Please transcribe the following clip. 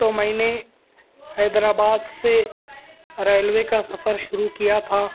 تو میں نے حیدرآباد سے ریلوے کا سفر شروع کیا تھا